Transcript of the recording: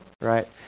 right